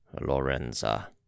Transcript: Lorenza